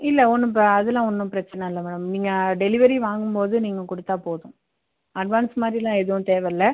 இல்லை ஒன்றும் ப அதுலாம் ஒன்றும் பிரச்சனை இல்லை மேடம் நீங்கள் டெலிவரி வாங்கும்போது நீங்கள் கொடுத்தால் போதும் அட்வான்ஸ் மாதிரிலாம் எதுவும் தேவையில்ல